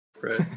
Right